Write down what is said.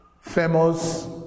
famous